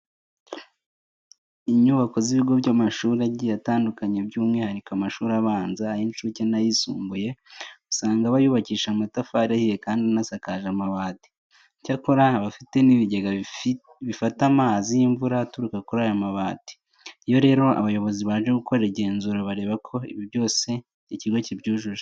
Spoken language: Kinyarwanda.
Inyubako z'ibigo by'amashuri agiye atandukanye by'umwihariko amashuri abanza, ay'incuke n'ayisumbuye usanga aba yubakishije amatafari ahiye kandi anasakaje amabati. Icyakora aba afite n'ibigega bifata amazi y'imvura aturuka kuri ayo mabati. Iyo rero abayobozi baje gukora igenzura bareba ko ibi byose ikigo kibyujuje.